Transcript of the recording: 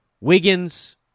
Wiggins